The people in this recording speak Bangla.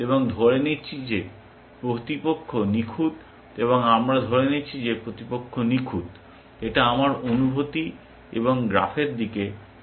এবং ধরে নিচ্ছি যে প্রতিপক্ষ নিখুঁত এবং আমরা ধরে নিচ্ছি যে প্রতিপক্ষ নিখুঁত এটা আমার অনুভূতি এবং গ্রাফের দিকে তাকান